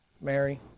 Mary